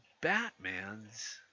Batman's